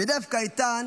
ודווקא איתן